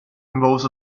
involves